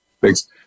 thanks